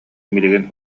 билигин